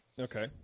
Okay